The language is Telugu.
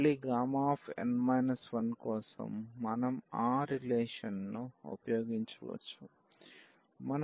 మళ్ళీ n 1 కోసం మనం ఆ రిలేషన్ ను ఉపయోగించవచ్చు